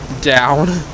down